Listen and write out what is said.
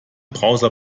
browser